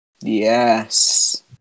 Yes